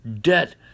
debt